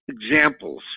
examples